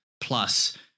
plus